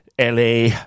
LA